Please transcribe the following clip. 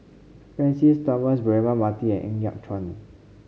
Francis Thomas Braema Mathi and Ng Yat Chuan